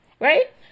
right